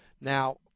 Now